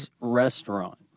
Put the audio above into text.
restaurant